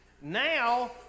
Now